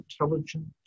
intelligent